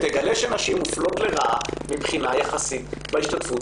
תגלה שנשים מופלות לרעה מבחינה יחסית בהשתתפות